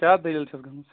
کیٛاہ دٔلیٖل چھَس گٔمٕژ